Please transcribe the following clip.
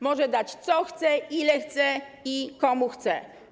Może dać, co chce, ile chce i komu chce.